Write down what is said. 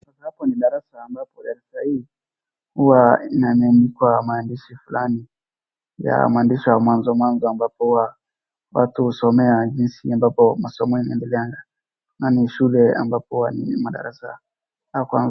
Sasa hapa ni darasa ambapo darasa hii huwa imeandikwa maandishi fulani ya maandishi ya mwanzo mwanzo ambapo huwa watu husomea jinsi ambapo masomo yanaendeleanga na ni shule ambapo ni madarasa ya kwanza.